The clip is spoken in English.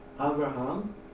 Abraham